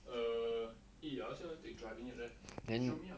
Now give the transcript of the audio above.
err eh I also want take driving leh show me lah